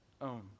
own